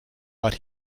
but